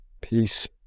Peace